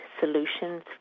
solutions